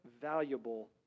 valuable